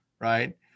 right